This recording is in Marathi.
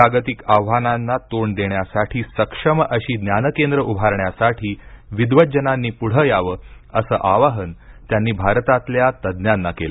जागतिक आव्हानांना तोंड देण्यासाठी सक्षम अशी ज्ञानकेंद्र उभारण्यासाठी विद्वज्जनांनी पुढे यावं असं आवाहन त्यांनी भारतातल्या तज्ञांना केलं